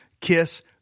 Kiss